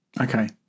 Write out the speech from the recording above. Okay